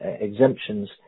exemptions